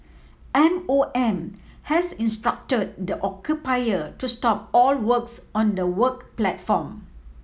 M O M has instructed the occupier to stop all works on the work platform